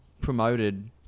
promoted